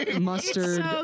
Mustard